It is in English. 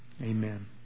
amen